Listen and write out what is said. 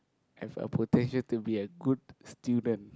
as a potential to be a good student